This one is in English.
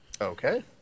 okay